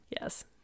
yes